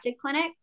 clinic